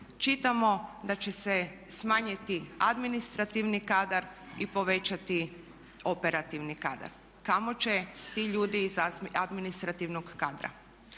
čitamo da će se smanjiti administrativni kadar i povećati operativni kadar. Kamo će ti ljudi iz administrativnog kadra?